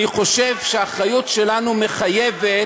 אני חושב שהאחריות שלנו מחייבת